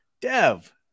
Dev